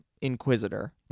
inquisitor